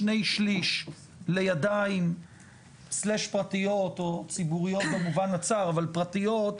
שני שליש לידיים פרטיות או ציבוריות במובן הצר אבל פרטיות,